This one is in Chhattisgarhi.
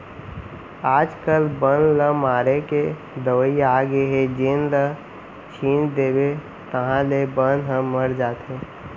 आजकाल बन ल मारे के दवई आगे हे जेन ल छिंच देबे ताहाँले बन ह मर जाथे